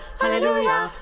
hallelujah